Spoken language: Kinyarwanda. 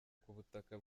kubutaka